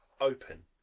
open